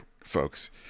folks